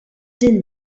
din